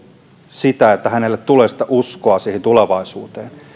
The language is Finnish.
sitä että hänelle tulee sitä uskoa siihen tulevaisuuteen